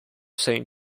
saint